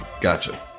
Gotcha